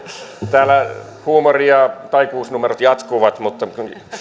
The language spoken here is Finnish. täällä huumori ja taikuusnumerot jatkuvat mutta